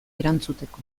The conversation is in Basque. erantzuteko